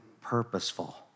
purposeful